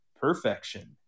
perfection